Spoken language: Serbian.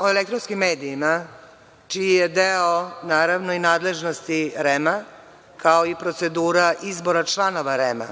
o elektronskim medijima, čiji je deo naravno i nadležnosti REM-a, kao i procedura izbora članova REM-a,